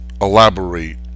elaborate